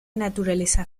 naturaleza